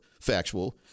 factual